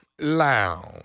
Lounge